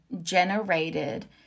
generated